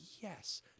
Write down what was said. yes